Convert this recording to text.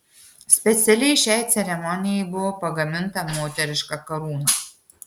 specialiai šiai ceremonijai buvo pagaminta moteriška karūna